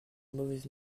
mauvais